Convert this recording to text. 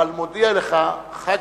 אבל מודיע לך חד-משמעית: